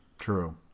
True